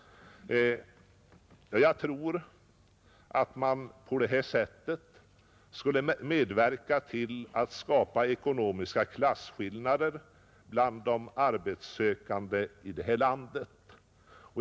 Med en sådan politik tror jag att man skulle medverka till att skapa ekonomiska klasskillnader bland de arbetssökande här i landet.